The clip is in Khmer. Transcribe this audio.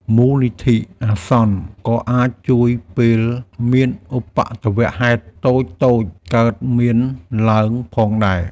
មូលនិធិអាសន្នក៏អាចជួយពេលមានឧប្បត្តិហេតុតូចៗកើតមានឡើងផងដែរ។